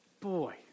Boy